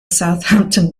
southampton